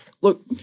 Look